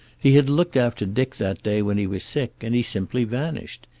he had looked after dick that day when he was sick, and he simply vanished.